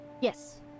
Yes